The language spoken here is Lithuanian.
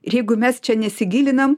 ir jeigu mes čia nesigilinam